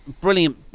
brilliant